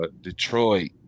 Detroit